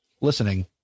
listening